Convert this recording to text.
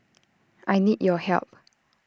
I need your help